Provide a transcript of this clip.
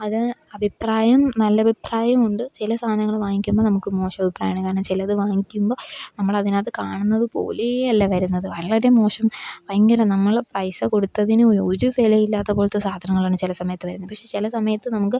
അത് അഭിപ്രായം നല്ല അഭിപ്രായമുണ്ട് ചില സാധനങ്ങൾ വാങ്ങിക്കുമ്പോൾ നമുക്ക് മോശം അഭിപ്രായമാണ് കാരണം ചിലത് വാങ്ങിക്കുമ്പോൾ നമ്മളതിനകത്ത് കാണുന്നത് പോലേ അല്ല വരുന്നത് വളരെ മോശം ഭയങ്കര നമ്മൾ പൈസ കൊടുത്തതിന് ഒരു വിലയില്ലാത്ത പോലത്തെ സാധനങ്ങളാണ് ചില സമയത്ത് വരുന്നത് പക്ഷേ ചില സമയത്ത് നമുക്ക്